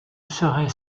serait